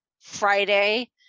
Friday